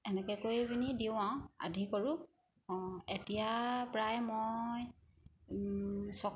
সেনেকেকৈ পিনি দিওঁ আৰু আধি কৰোঁ অঁ এতিয়া প্ৰায় মই ছয়